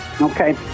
Okay